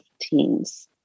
teens